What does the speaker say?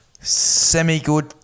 semi-good